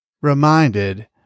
reminded